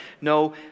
no